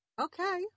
Okay